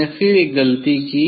मैंने फिर एक गलती की